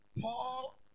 Paul